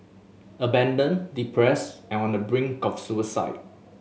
abandoned depressed and on the brink of suicide